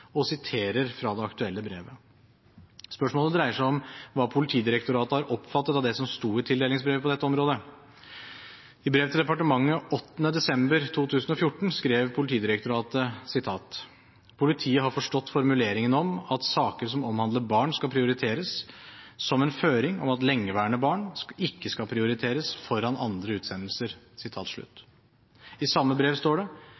og siterer fra det aktuelle brevet. Spørsmålet dreier seg om hva Politidirektoratet har oppfattet av det som sto i tildelingsbrevet på dette området. I brev til departementet 8. desember 2014 skrev Politidirektoratet: «Politiet har forstått formuleringen om at «Saker som omhandler barn skal prioriteres» som en føring om at lengeværende barn ikke skal prioriteres foran andre utsendelser.» I samme brev står det: